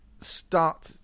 start